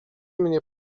mnie